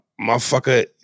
Motherfucker